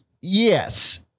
Yes